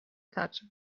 that